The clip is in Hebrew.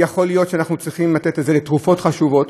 יכול להיות שאנחנו צריכים לתת את זה לתרופות חשובות,